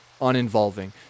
uninvolving